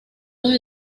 los